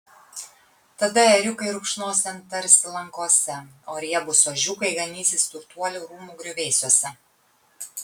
tada ėriukai rupšnos ten tarsi lankose o riebūs ožiukai ganysis turtuolių rūmų griuvėsiuose